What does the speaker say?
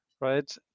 right